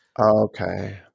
okay